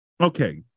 Okay